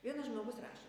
vienas žmogus rašo